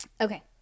okay